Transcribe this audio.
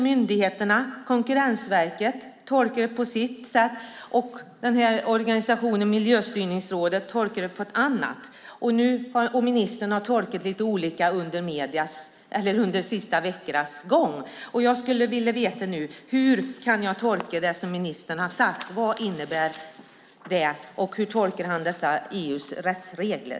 Myndigheterna och Konkurrensverket tolkar det på sitt sätt, Miljöstyrningsrådet tolkar det på ett annat, och ministern har tolkat det lite olika under de senaste veckorna. Jag skulle vilja veta: Hur kan jag tolka det som ministern har sagt? Vad innebär det? Hur tolkar han dessa EU:s rättsregler?